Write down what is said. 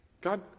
God